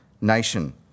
nation